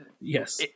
yes